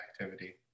activity